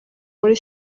muri